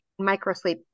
Microsleep